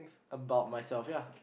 about myself ya